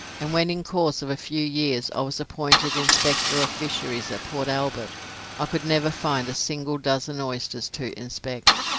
and when in course of a few years i was appointed inspector of fisheries at port albert i could never find a single dozen oysters to inspect,